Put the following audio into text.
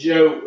Joe